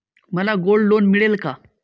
मला gold loan मिळेल का?